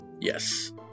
Yes